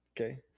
Okay